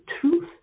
truth